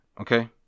okay